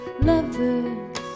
lovers